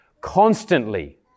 constantly